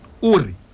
uri